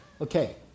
Okay